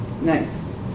Nice